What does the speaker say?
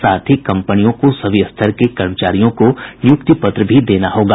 साथ ही कंपनियों को सभी स्तर के कर्मचारियों को नियुक्ति पत्र भी देना होगा